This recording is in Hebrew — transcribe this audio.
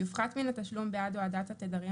יופחת מן התשלום בעד הטרדת התדרים